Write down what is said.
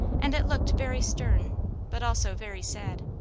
and it looked very stern but also very sad.